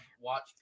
watch